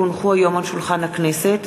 כי הונחו היום על שולחן הכנסת,